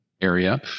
area